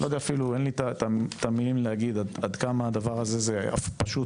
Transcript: אין לי אפילו את המילים להגיד עד כמה הדבר הזה הוא ברמה